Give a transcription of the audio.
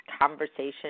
conversation